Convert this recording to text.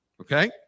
okay